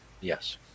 Yes